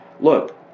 look